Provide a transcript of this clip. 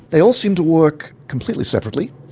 they all seem to work completely separately.